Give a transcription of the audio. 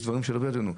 יש דברים שלא בידינו.